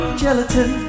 gelatin